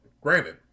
granted